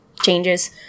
changes